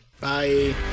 Bye